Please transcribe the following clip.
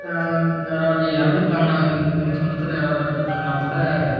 யாராவது இறந்துட்டாங்கன்னா எங்கள் எங்கள் சொந்தத்தில் யாராவது இறந்துட்டாங்கன்னா கூட